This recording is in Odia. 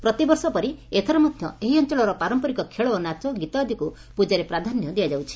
ପ୍ରତିବର୍ଷ ପରି ଏଥର ମଧ୍ଧ ଏହି ଅଂଚଳର ପାରମ୍ପରିକ ଖେଳ ଓ ନାଚ ଗୀତ ଆଦିକୁ ପୂଜାରେ ପ୍ରାଧାନ୍ୟ ଦିଆଯାଉଛି